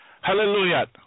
Hallelujah